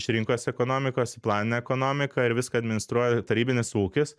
iš rinkos ekonomikos į planinę ekonomiką ir viską administruoja tarybinis ūkis